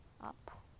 up